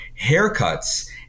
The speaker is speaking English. haircuts